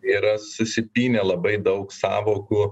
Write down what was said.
yra susipynę labai daug sąvokų